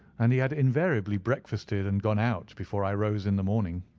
and he had invariably breakfasted and gone out before i rose in the morning.